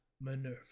minerva